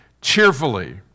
cheerfully